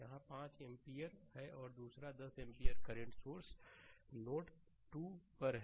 यहाँ 5 एम्पीयर है और दूसरा 10 एम्पीयर करंट सोर्स नोड 2 पर है